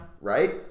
Right